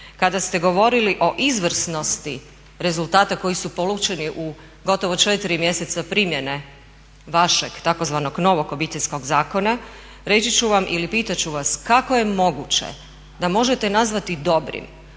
Kada ste govorili o izvrsnosti rezultata koji su polučeni u gotovo 4 mjeseca primjene vašeg tzv. novog Obiteljskog zakona reći ću vam ili pitat ću vas kako je moguće da možete nazvati dobrim